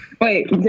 Wait